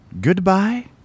Goodbye